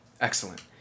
Excellent